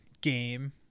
game